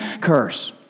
curse